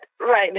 right